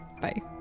Bye